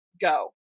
go